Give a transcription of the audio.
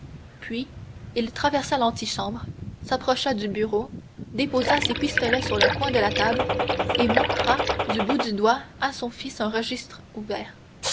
puis il traversa l'antichambre s'approcha du bureau déposa ses pistolets sur le coin de la table et montra du bout du doigt à son fils un registre ouvert